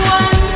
one